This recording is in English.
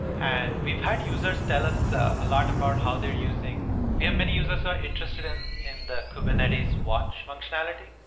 and we've had users tell us a lot about how they're using we have many users who are interested in in the kubernetes watch functionality.